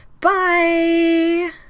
Bye